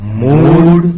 mood